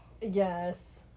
Yes